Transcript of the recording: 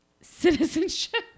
Citizenship